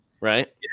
right